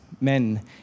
men